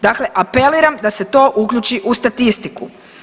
Dakle, apeliram da se to uključi u statistiku.